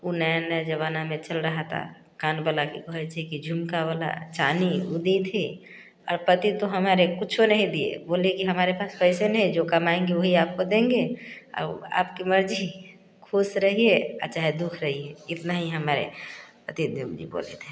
वो नए नए जमाना में चल रहा था कान बना कर वही छि झुमका वाला चाँदी वो दी थी अब पति तो हमारे कुछ नहीं दिए बोले कि हमारे पास पैसे नहीं जो कमाएँगे वही आपको देंगे और आपकी मर्ज़ी खुश रहिए और चाहे दुख रहिए इतना ही हमारे पति देव जी बोले थे